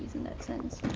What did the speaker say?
in that sense?